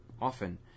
often